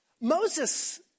Moses